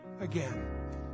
again